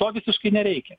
to visiškai nereikia